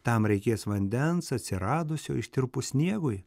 tam reikės vandens atsiradusio ištirpus sniegui